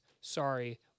Sorry